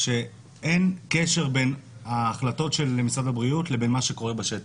שאין קשר בין ההחלטות של משרד הבריאות לבין מה שקורה בשטח.